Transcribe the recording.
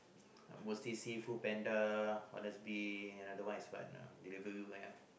mostly see FoodPanda Honestbee another one is what uh Deliveroo ah